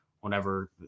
whenever